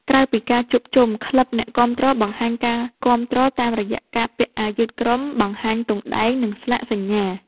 ក្រៅពីការជួបជុំ ក្លឹបអ្នកគាំទ្របង្ហាញការគាំទ្រតាមរយៈការពាក់អាវយឺតក្រុម បង្ហាញទង់ដែង និងស្លាកសញ្ញា។